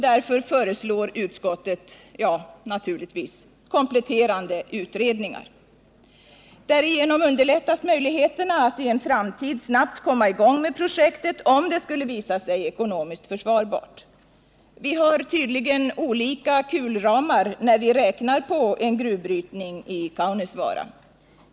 Därför föreslår utskottet — ja, naturligtvis — kompletterande utredningsarbeten. Därigenom underlättas möjligheterna att i en framtid snabbt komma i gång med projektet, om det skulle visa sig ekonomiskt försvarbart. Vi har tydligen olika kulramar när vi räknar på en gruvbrytning i Kaunisvaara.